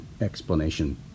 explanation